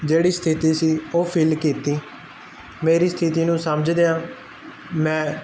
ਜਿਹੜੀ ਸਥਿਤੀ ਸੀ ਉਹ ਫਿਲ ਕੀਤੀ ਮੇਰੀ ਸਥਿਤੀ ਨੂੰ ਸਮਝਦਿਆਂ ਮੈਂ